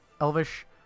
Elvish